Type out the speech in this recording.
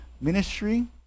ministry